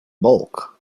bulk